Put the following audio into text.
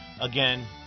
again